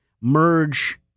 merge